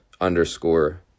underscore